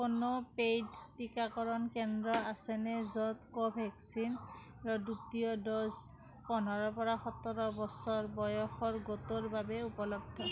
কোনো পেইড টিকাকৰণ কেন্দ্ৰ আছেনে য'ত কোভেক্সিনৰ দ্বিতীয় ড'জ পোন্ধৰৰ পৰা সোতৰ বছৰ বয়সৰ গোটৰ বাবে উপলব্ধ